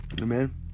Amen